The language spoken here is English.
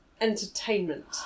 entertainment